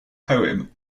poem